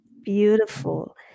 Beautiful